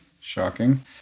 Shocking